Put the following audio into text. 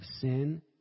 sin